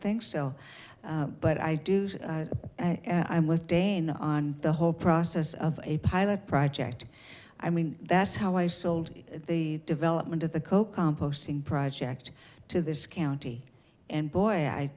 think sell but i do and i'm with dana on the whole process of a pilot project i mean that's how i sold the development of the coke composting project to this county and boy i